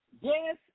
yes